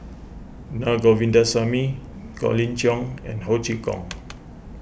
Na Govindasamy Colin Cheong and Ho Chee Kong